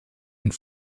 und